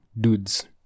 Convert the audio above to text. dudes